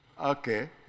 Okay